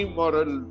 moral